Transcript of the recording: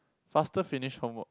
faster finish homework